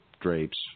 drapes